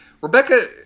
rebecca